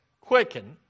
Quicken